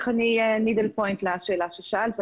האכיפה ובשאלה ששאלת,